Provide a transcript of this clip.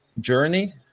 journey